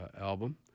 album